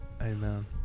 Amen